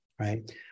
right